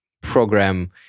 program